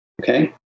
Okay